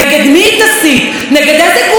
נגד איזה גוף ממלכתי היא יכולה להסית,